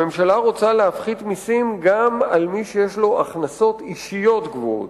הממשלה רוצה להפחית מסים גם למי שיש לו הכנסות אישיות גבוהות.